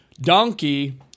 donkey